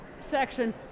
section